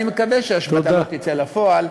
אני מקווה שההשבתה לא תצא לפועל,